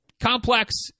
complex